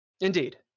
Indeed